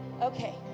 Okay